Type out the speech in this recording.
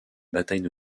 bataille